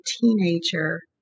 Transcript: teenager